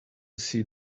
see